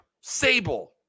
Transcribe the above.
Sable